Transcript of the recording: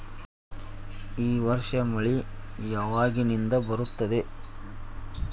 ಈ ವರ್ಷ ಮಳಿ ಯಾವಾಗಿನಿಂದ ಬರುತ್ತದೆ?